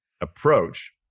approach